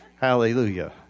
Hallelujah